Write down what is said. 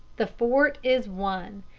the fort is won,